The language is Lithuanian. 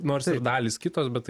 nors ir dalys kitos bet tai